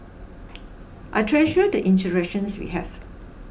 I treasure the interactions we have